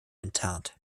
enttarnt